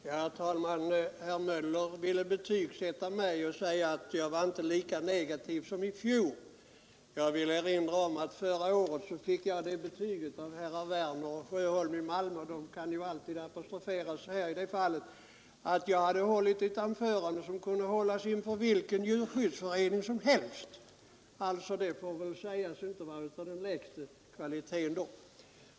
Herr talman! Herr Möller i Göteborg vill betygsätta mig och säga att jag inte uttalade mig lika negativt som i fjol. Jag vill erinra om att jag förra året fick det betyget av herr Werner i Malmö och herr Sjöholm — som alltid kan apostroferas i det här fallet — att jag hållit ett anförande som kunde hållas inför vilken djurskyddsförening som helst. Det får väl sägas inte vara av den lägsta kvaliteten.